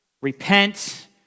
repent